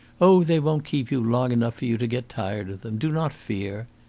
oh, they won't keep you long enough for you to get tired of them. do not fear!